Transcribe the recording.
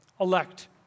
elect